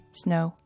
snow